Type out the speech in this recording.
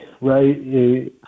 right